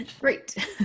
Great